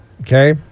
okay